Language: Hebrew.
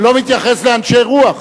ולא מתייחס לאנשי רוח,